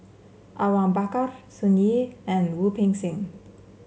Awang Bakar Sun Yee and Wu Peng Seng